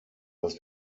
dass